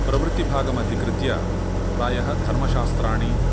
प्रवृत्तिभागमधिकृत्य प्रायः धर्मशास्त्राणि